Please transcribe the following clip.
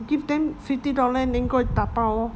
give them fifty dollar then go and 打包 lor